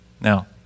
Now